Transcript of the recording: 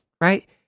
right